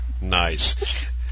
Nice